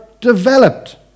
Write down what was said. developed